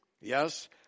Yes